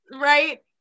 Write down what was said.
Right